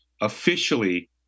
officially